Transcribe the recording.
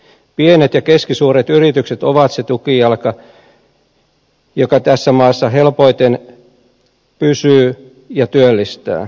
pienet ja keskisuuret yritykset ovat se tukijalka joka tässä maassa helpoiten pysyy ja työllistää